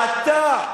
אתה יודע,